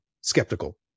skeptical